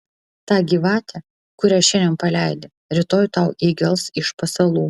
ta gyvatė kurią šiandien paleidi rytoj tau įgels iš pasalų